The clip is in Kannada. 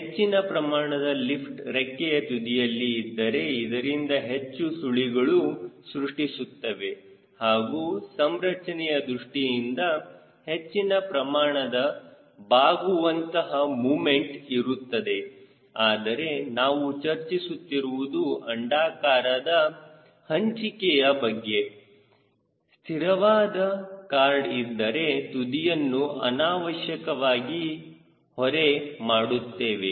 ಹೆಚ್ಚಿನ ಪ್ರಮಾಣದ ಲಿಫ್ಟ್ ರೆಕ್ಕೆಯ ತುದಿಯಲ್ಲಿ ಇದ್ದರೆ ಇದರಿಂದ ಹೆಚ್ಚು ಸುಳಿಗಳು ಸೃಷ್ಟಿಸುತ್ತವೆ ಹಾಗೂ ಸಂರಚನೆಯ ದೃಷ್ಟಿಯಿಂದ ಹೆಚ್ಚಿನ ಪ್ರಮಾಣದ ಬಾಗುವಂತಹ ಮೊಮೆಂಟ್ ಇರುತ್ತದೆ ಆದರೆ ನಾವು ಚರ್ಚಿಸುತ್ತಿರುವುದು ಅಂಡಾಕಾರದ ಹಂಚಿಕೆಯ ಬಗ್ಗೆ ಸ್ಥಿರವಾದ ಕಾರ್ಡ್ ಇದ್ದರೆ ತುದಿಯನ್ನು ಅನಾವಶ್ಯಕವಾಗಿ ಹೊರೆ ಮಾಡುತ್ತೇವೆ